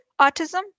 autism